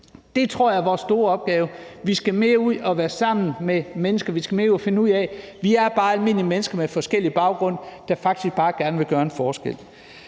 Det tror jeg er vores store opgave. Vi skal mere ud og være sammen med danskerne; vi skal mere ud og vise, at vi bare er almindelige mennesker med forskellig baggrund, der faktisk bare gerne vil gøre en forskel.